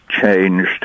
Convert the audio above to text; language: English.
changed